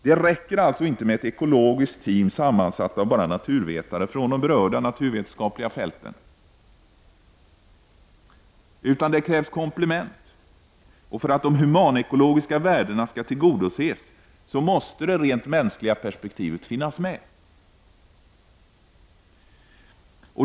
Det räcker alltså inte med ett ekologiskt team, sammansatt av bara naturvetare från de direkt berörda naturvetenskapliga fälten, utan det krävs komplement. För att de humanekologiska värdena skall tillgodoses måste det rent mänskliga perspektivet finnas med.